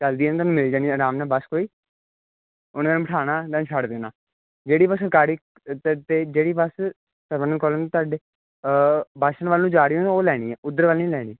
ਚਲਦੀ ਆ ਤੁਹਾਨੂੰ ਮਿਲ ਜਾਣੀ ਆਰਾਮ ਨਾਲ ਬਸ ਕੋਈ ਉਹਨੇ ਬਿਠਾਉਣਾ ਅਤੇ ਛੱਡ ਦੇਣਾ ਜਿਹੜੀ ਮੈਂ ਸਰਕਾਰੀ ਅਤੇ ਅਤੇ ਜਿਹੜੀ ਬੱਸ ਸਰ ਕਾਲਜ ਤੁਹਾਡੇ ਪਾਸੇ ਵੱਲ ਨੂੰ ਜਾ ਰਹੀ ਨਾ ਉਹ ਲੈਣੀ